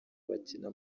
bakina